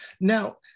Now